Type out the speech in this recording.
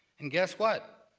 and guess what?